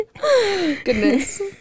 goodness